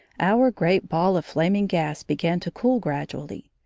our great ball of flaming gas began to cool gradually.